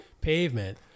Pavement